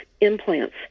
implants